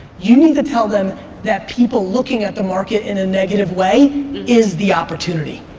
you need to tell them that people looking at the market in a negative way is the opportunity.